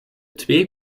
twee